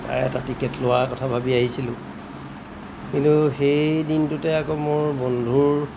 তাৰে এটা টিকেট লোৱাৰ কথা ভাবি আহিছিলোঁ কিন্তু সেই দিনটোতে আকৌ মোৰ বন্ধুৰ